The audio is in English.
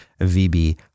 VB